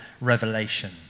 revelation